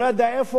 אותו דבר.